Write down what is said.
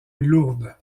lourdes